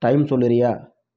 time சொல்லுறியா